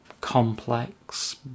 complex